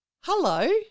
hello